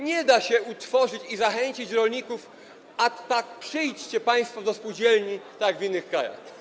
Nie da się tego utworzyć i zachęcić rolników, ot tak, przyjdźcie państwo do spółdzielni tak jak w innych krajach.